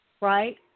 right